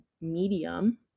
medium